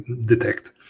detect